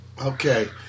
Okay